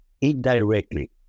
indirectly